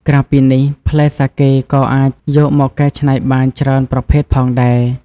ក្រៅពីនេះ ផ្លែសាកេក៏អាចយកមកកែច្នៃបានច្រើនប្រភេទផងដែរ។